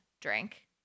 Drink